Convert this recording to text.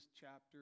chapter